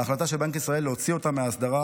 ההחלטה של בנק ישראל להוציא אותם מההסדרה